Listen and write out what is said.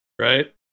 right